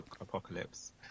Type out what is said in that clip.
apocalypse